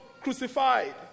crucified